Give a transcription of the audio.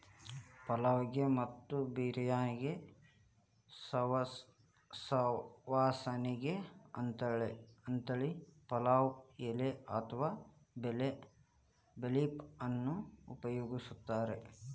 ಪಲಾವ್ ಗೆ ಮತ್ತ ಬಿರ್ಯಾನಿಗೆ ಸುವಾಸನಿಗೆ ಅಂತೇಳಿ ಪಲಾವ್ ಎಲಿ ಅತ್ವಾ ಬೇ ಲೇಫ್ ಅನ್ನ ಉಪಯೋಗಸ್ತಾರ